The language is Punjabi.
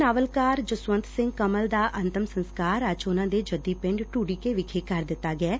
ਨਾਵਲਕਾਰ ਜਸਵੰਤ ਸਿੰਘ ਕੰਵਲ ਦਾ ਅੰਤਮ ਸੰਸਕਾਰ ਅੱਜ ਉਨ੍ਪਾਂ ਦੇ ਜੱਦੀ ਪਿੰਡ ਢਡੀਕੇ ਵਿਖੇ ਕਰ ਦਿੱਤਾ ਗੈ